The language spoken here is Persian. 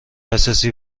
اساسی